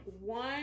One